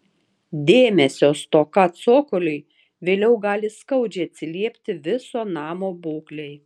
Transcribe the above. dėmesio stoka cokoliui vėliau gali skaudžiai atsiliepti viso namo būklei